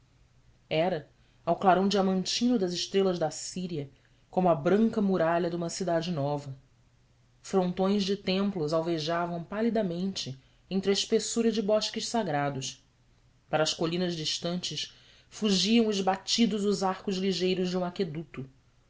era ao clarão diamantino das estrelas da síria como a branca muralha de uma cidade nova frontões de templos alvejavam palidamente entre a espessura de bosques sagrados para as colinas distantes fugiam esbatidos os arcos ligeiros de